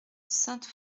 sainte